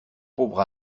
pauvre